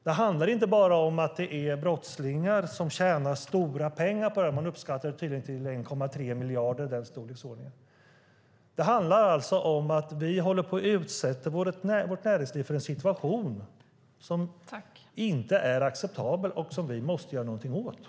Det handlar inte bara om att det är brottslingar som tjänar stora pengar - det uppskattas till storleksordningen 1,3 miljarder - utan det handlar om att vi utsätter näringslivet för en icke acceptabel situation som måste åtgärdas.